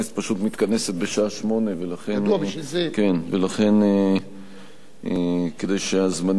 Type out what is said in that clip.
לפני כן, כי אצלך יש דיון.